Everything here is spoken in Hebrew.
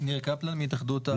ניר קפלן, מהתאחדות המלונות.